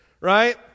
Right